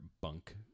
bunk